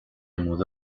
mudó